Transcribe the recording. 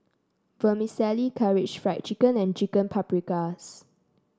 Vermicelli Karaage Fried Chicken and Chicken Paprikas